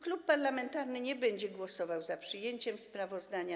Klub parlamentarny nie będzie głosował za przyjęciem sprawozdania.